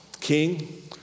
King